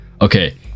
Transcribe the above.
Okay